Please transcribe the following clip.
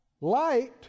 Light